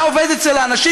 אתה עובד אצל האנשים?